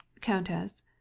countess